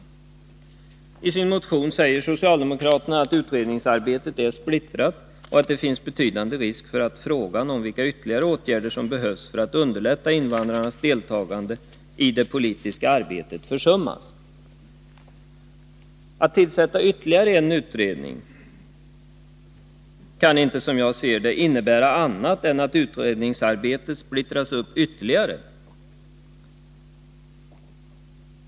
I sin motion säger socialdemokraterna att utredningsarbetet är splittrat och att det finns betydande risk för att frågan om vilka ytterligare åtgärder som behövs för att underlätta invandrarnas deltagande i det politiska arbetet försummas. Att tillsätta ytterligare en utredning kan, som jag ser det, inte innebära annat än att utredningsarbetet splittras ytterligare.